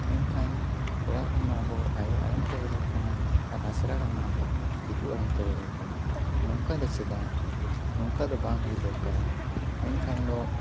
ᱢᱮᱱᱠᱷᱟᱱ ᱚᱲᱟᱜ ᱨᱮᱢᱟ ᱟᱵᱚ ᱟᱭᱳ ᱟᱲᱟᱝ ᱛᱮᱵᱚ ᱨᱚᱲ ᱠᱟᱱᱟ ᱟᱨ ᱟᱥᱲᱟ ᱨᱮᱢᱟ ᱟᱵᱚ ᱫᱤᱠᱩ ᱟᱲᱟᱝ ᱛᱮᱵᱚ ᱨᱚᱲ ᱠᱟᱱᱟ ᱱᱚᱝᱠᱟ ᱫᱚ ᱪᱮᱫᱟᱜ ᱱᱚᱝᱠᱟ ᱫᱚ ᱵᱟᱝ ᱦᱩᱭ ᱫᱚᱨᱠᱟᱨ ᱢᱮᱱᱠᱷᱟᱱ ᱫᱚ